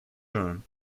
term